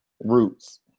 roots